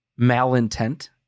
malintent